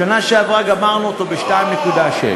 בשנה שעברה גמרנו אותו ב-2.6.